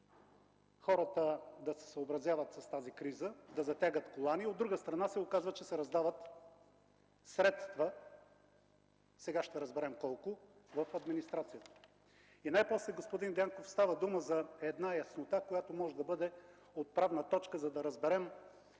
хората да се съобразяват с тази криза, да затягат колани, а от друга страна, се оказва, че се раздават средства – сега ще разберем колко, в администрацията. Най-после, господин Дянков, става дума за една яснота, която може да бъде отправна точка, за да разберем